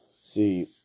See